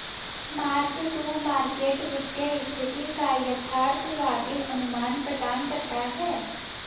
mark to market वित्तीय स्थिति का यथार्थवादी अनुमान प्रदान करता है